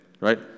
right